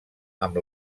amb